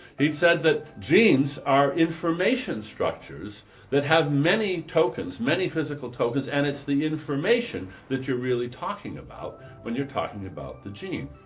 he said that genes are information structures that have many tokens, many physical tokens, and it's the information that you're really talking about when you're talking about the gene.